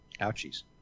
ouchies